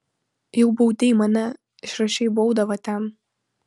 jau baudei mane išrašei baudą va ten